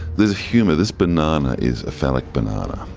there's a humour. this banana is a phallic banana,